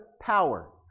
power